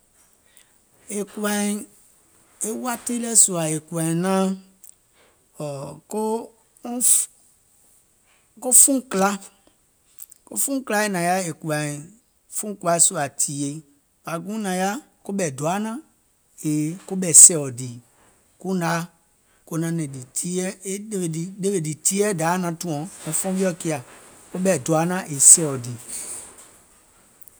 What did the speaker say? È kuwȧìŋ, e wati lɛɛ̀ sùȧ è kùwàìŋ naȧŋ ko fuùŋ kìla, ko fuùŋ kìlaì nȧŋ yaȧ è kùwȧìŋ fuùŋ kùwa sùȧ tìyèe, bȧ guùŋ nȧŋ yaȧ koɓɛ̀ doa nȧŋ, yèè koɓɛ̀ sɛ̀ɛ̀ò dìì, kuŋ nȧŋ yaȧ e ɗèwè ɗì tìyèeɛ̀ wo Dayȧ naŋ tùɔ̀ŋ wɔŋ fuɔŋ wiɔ̀ kiȧ, ɓɛ̀ doa nȧŋ yèè sɛ̀ɛ̀ò dìì.